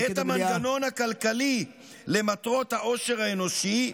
" את המנגנון הכלכלי למטרות האושר האנושי,